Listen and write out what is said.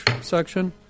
section